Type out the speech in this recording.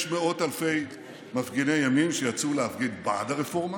יש מאות אלפי מפגיני ימין שיצאו להפגין בעד הרפורמה,